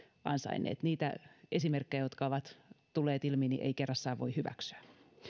ansainneet niitä esimerkkejä jotka ovat tulleet ilmi ei kerrassaan voi hyväksyä